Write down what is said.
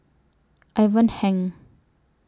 Ivan Heng